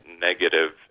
negative